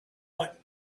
what